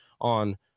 on